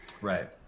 Right